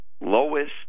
lowest